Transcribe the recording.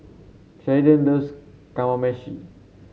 Sheridan loves Kamameshi